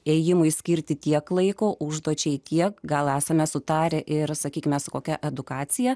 ėjimui skirti tiek laiko užduočiai tiek gal esame sutarę ir sakyk mes kokia edukacija